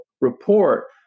report